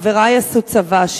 חברי עשו צבא,